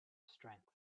strengths